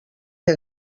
que